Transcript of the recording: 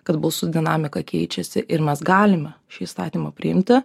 kad balsų dinamika keičiasi ir mes galime šį įstatymą priimti